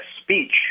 speech